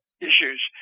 issues